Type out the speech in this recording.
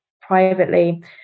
privately